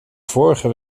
vorige